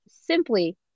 simply